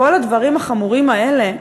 את כל הדברים החמורים האלה,